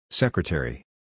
Secretary